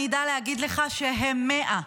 אני אדע להגיד לך שהם 100,